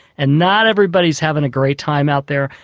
and not everybody is having a great time out there,